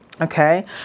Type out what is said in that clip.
okay